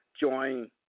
join